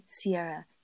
Sierra